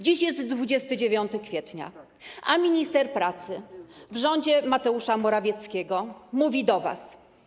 Dziś jest 29 kwietnia, a minister pracy w rządzie Mateusza Morawieckiego mówi do was: